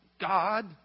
God